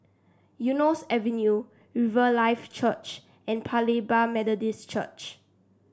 Eunos Avenue Riverlife Church and Paya Lebar Methodist Church